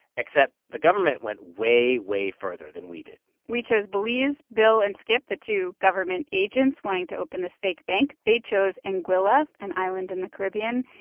except the government went way, way further than we did we chose belize. bill and skip, the two government agents wanting to open this fake bank, they chose anguilla, an island in the caribbean.